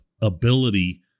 ability